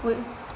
with